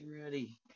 ready